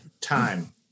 time